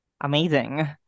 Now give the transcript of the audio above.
Amazing